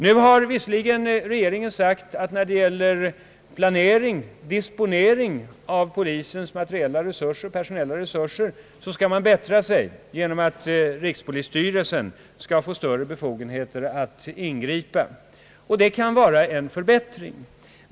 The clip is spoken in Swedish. Nu har visserligen regeringen sagt att när det gäller planering och disponering av polisens personella resurser skall man bättra sig genom att rikspolisstyrelsen skall få större befogenheter att ingripa. Det kan vara en förbättring.